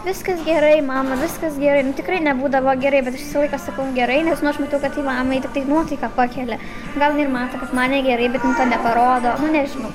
viskas gerai mama viskas gerai nu tikrai nebūdavo gerai bet aš visą laiką sakau gerai nes nu aš matau kad tai mamai tiktai nuotaiką pakelia gal jinai ir mato kad man negerai bet jin to neparodo nu nežinau